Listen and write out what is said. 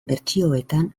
bertsioetan